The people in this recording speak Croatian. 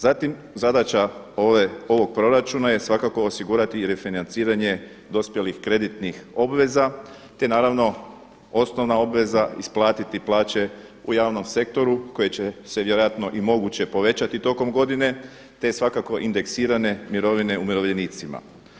Zatim zadaća ovog proračuna je svakako osigurati i refinanciranje dospjelih kreditnih obveza, te naravno osnovna obveza isplatiti plaće u javnom sektoru koji će se vjerojatno i moguće povećati tokom godine, te svakako indeksirane mirovine umirovljenicima.